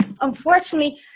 unfortunately